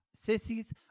sissies